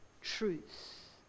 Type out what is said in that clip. truth